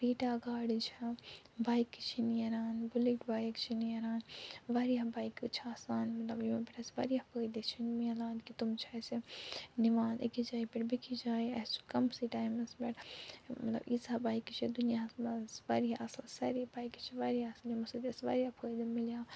Creta گاڑِ چھِ بایکہِ چھِ نیران بُلیٹ بایِک چھِ نیران وارِیاہ بایکہٕ چھِ آسان یِمن پٮ۪ٹھ اَسہِ وارِیاہ فٲیدٕ چھِ ملان کہٕ تِم چھِ اَسہِ نِوان أکِس جاے پٮ۪ٹھ بیٚکِس جایہِ اَسہِ چھُ کمسٕے ٹایِمس پٮ۪ٹھ مطلب یٖژاہ بایکہٕ چھِ دُنیاہس وارِیاہ اصٕل سارے بایکہٕ چھِ وارِیاہ اصٕل یِمو سۭتۍ اَسہِ وارِیاہ فٲیدٕ مِلاو